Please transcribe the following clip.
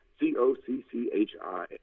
C-O-C-C-H-I